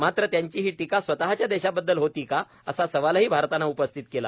मात्र त्यांची ही टीका स्वतःच्याच देशाबद्दल होती का असा सवालही भारतानं उपस्थित केला